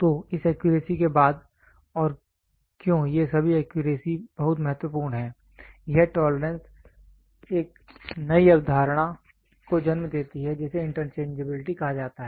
तो इस एक्यूरेसी के बाद और क्यों ये सभी एक्यूरेसी बहुत महत्वपूर्ण हैं यह टॉलरेंस एक नई अवधारणा को जन्म देती है जिसे इंटरचेंजबिलिटी कहा जाता है